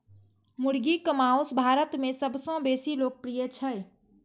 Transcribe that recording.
मुर्गीक मासु भारत मे सबसं बेसी लोकप्रिय छै